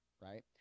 right